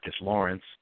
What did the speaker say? Lawrence